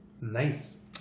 Nice